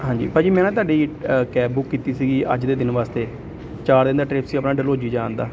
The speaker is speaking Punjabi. ਹਾਂਜੀ ਭਾਅ ਜੀ ਮੈਂ ਨਾ ਤੁਹਾਡੀ ਅ ਕੈਬ ਬੁੱਕ ਕੀਤੀ ਸੀਗੀ ਅੱਜ ਦੇ ਦਿਨ ਵਾਸਤੇ ਚਾਰ ਦਿਨ ਦਾ ਟ੍ਰਿਪ ਸੀ ਆਪਣਾ ਡਲਹੌਜੀ ਜਾਣ ਦਾ